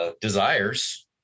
desires